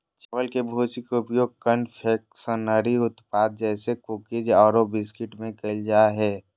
चावल के भूसी के उपयोग कन्फेक्शनरी उत्पाद जैसे कुकीज आरो बिस्कुट में कइल जा है